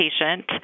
patient